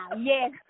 Yes